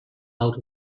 out